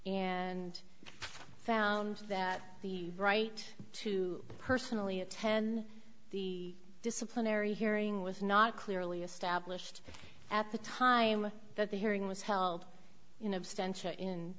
and found that the right to personally attend the disciplinary hearing was not clearly established at the time that the hearing was held in